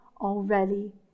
already